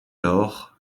lors